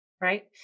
right